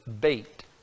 bait